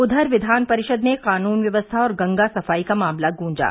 उधर विधान परिषद में कानून व्यवस्था और गंगा सफाई का मामला गूंजा